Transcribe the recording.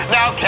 Now